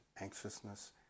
anxiousness